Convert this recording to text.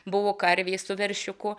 buvo karvė su veršiuku